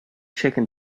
chicken